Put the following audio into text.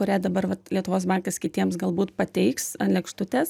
kurią dabar vat lietuvos bankas kitiems galbūt pateiks ant lėkštutės